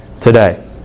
today